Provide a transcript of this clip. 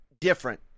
different